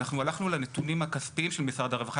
אנחנו הלכנו לנתונים הכספיים של משרד הרווחה